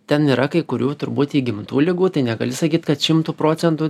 ten yra kai kurių turbūt įgimtų ligų tai negali sakyt kad šimtu procentų